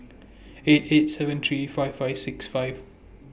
eight eight seven three five five six five